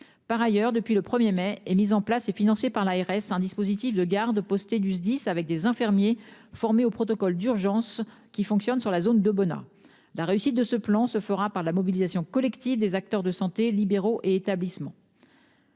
Par ailleurs, depuis le 1er mai est mise en place et financés par l'ARS. Un dispositif de gardes postés du SDIS avec des infirmiers formés au protocole d'urgence qui fonctionne sur la zone de Beaune à la réussite de ce plan se fera par la mobilisation collective des acteurs de santé libéraux et établissements.